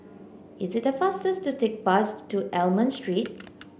is it faster to take bus to Almond Street